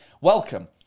welcome